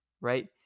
right